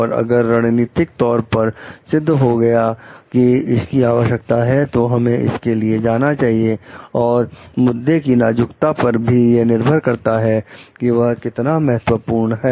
और अगर यह रणनीतिक तौर पर सिद्ध हो गया कि इसकी आवश्यकता है तो हमें इसके लिए जाना चाहिए और मुद्दे की नाजुकता पर भी यह निर्भर करता है कि वह कितना महत्वपूर्ण है